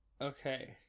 Okay